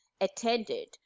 attended